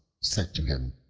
said to him,